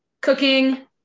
cooking